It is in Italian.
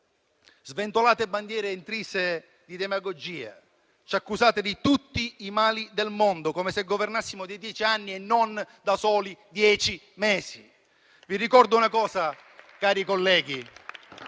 Sventolate bandiere intrise di demagogia. Ci accusate di tutti i mali del mondo, come se governassimo da dieci anni e non da soli dieci mesi. Vi ricordo una cosa, cari colleghi: